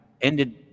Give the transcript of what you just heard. ended